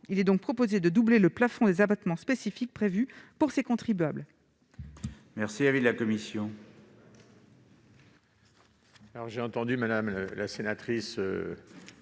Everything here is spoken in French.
Il est donc proposé de doubler le plafond des abattements spécifiques prévus pour ces contribuables.